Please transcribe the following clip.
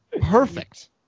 perfect